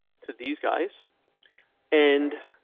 to these guys and.